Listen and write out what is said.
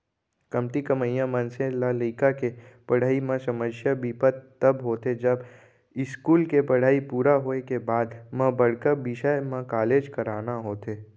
कमती कमइया मनसे ल लइका के पड़हई म समस्या बिपत तब होथे जब इस्कूल के पड़हई पूरा होए के बाद म बड़का बिसय म कॉलेज कराना होथे